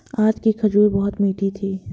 आज की खजूर बहुत मीठी थी